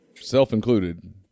self-included